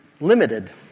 limited